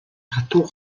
хатуу